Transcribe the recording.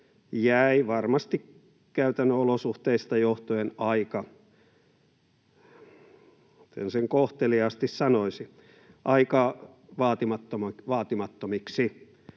jäi varmasti käytännön olosuhteista johtuen — miten sen kohteliaasti sanoisi — aika vaatimattomaksi.